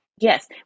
Yes